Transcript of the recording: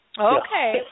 Okay